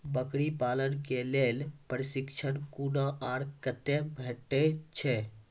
बकरी पालन के लेल प्रशिक्षण कूना आर कते भेटैत छै?